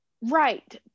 right